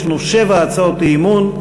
יש לנו שבע הצעות אי-אמון.